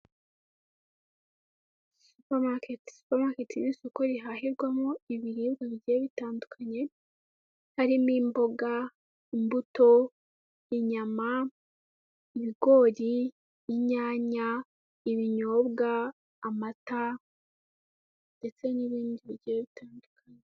Supermarket ni isoko rihahirwamo ibiribwa bigiye bitandukanye harimo imboga, imbuto ,inyama ,ibigori, inyanya ,ibinyobwa, amata ndetse n'ibindi bigiye bitandukanye